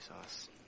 sauce